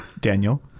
Daniel